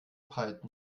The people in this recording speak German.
python